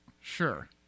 Sure